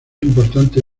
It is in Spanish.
importante